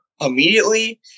immediately